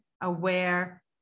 aware